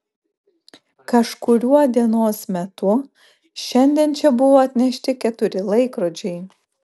kažkuriuo dienos metu šiandien čia buvo atnešti keturi laikrodžiai